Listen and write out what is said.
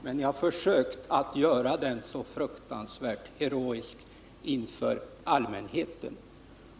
Men ni har försökt att göra den så fruktansvärt heroisk inför allmänheten.